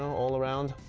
all around,